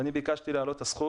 ואני ביקשתי להעלות את הסכום,